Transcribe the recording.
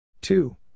two